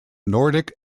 nordic